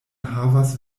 havas